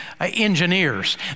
engineers